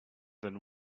than